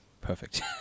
perfect